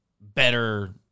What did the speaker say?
better